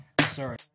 Sorry